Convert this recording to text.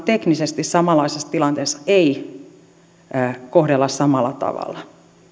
teknisesti samanlaisessa tilanteessa ei kohdella samalla tavalla